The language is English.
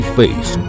face